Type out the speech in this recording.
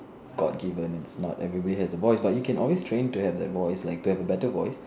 god given it's not every body has the voice but you can always train to have that voice to have a better voice